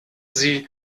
sie